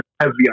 heavy